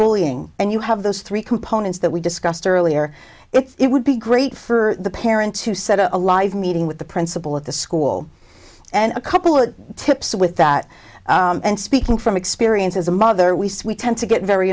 bullying and you have those three components that we discussed earlier it would be great for the parent to set up a live meeting with the principal at the school and a couple of tips with that and speaking from experience as a mother we sweet tend to get very